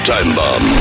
Timebomb